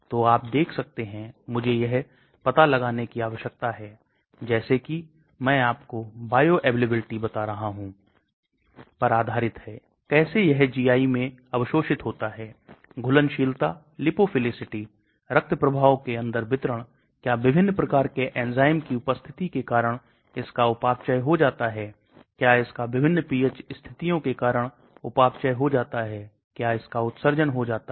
तो जैसा मैंने कहा endocytosis टीम सक्रिय परिवहन है जो कोशिका में मॉलिक्यूल को कोशिका में एक ऊर्जा निर्भर प्रक्रिया में कार्य करने की तरह engulfing द्वारा लगभग निगल लेता है तो यह वहां पाया जाता है जहां पर निष्क्रिय प्रसार के लिए ऊर्जा की कोई आवश्यकता नहीं होती है